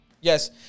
Yes